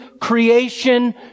creation